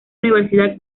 universidad